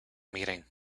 meeting